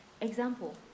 Example